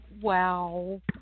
wow